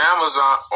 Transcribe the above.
Amazon